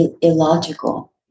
illogical